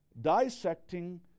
Dissecting